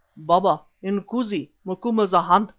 baba! inkoosi! macumazana!